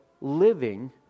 living